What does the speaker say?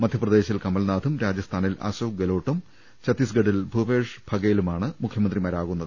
മധ്യപ്രദേശിൽ കമൽനാഥും രാജ സ്ഥാനിൽ അശോക് ഗെഹ്ലോട്ടും ഛത്തീസ്ഗഡിൽ ഭൂപേഷ് ഭഗേലുമാണ് മുഖ്യമന്ത്രിമാരാകുന്നത്